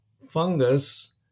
fungus